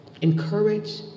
encourage